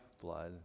blood